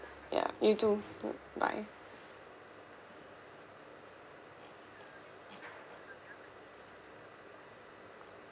ya you too mm bye